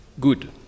good